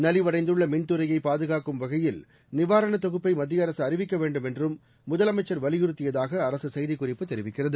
நலிவடைந்துள்ள மின்துறையை பாதுகாக்கும் வகையில் நிவாரணத் தொகுப்பை மத்திய அரசு அறிவிக்க வேண்டும் என்றும் முதலமைச்சர் வலியுறுத்தியதாக அரசு செய்திக்குறிப்பு தெரிவிக்கிறது